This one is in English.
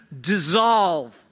dissolve